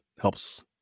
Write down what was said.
helps